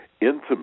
intimate